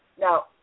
Now